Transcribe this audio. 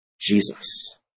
Jesus